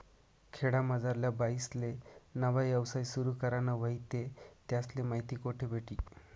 खेडामझारल्या बाईसले नवा यवसाय सुरु कराना व्हयी ते त्यासले माहिती कोठे भेटी?